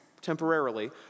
temporarily